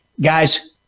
guys